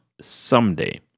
someday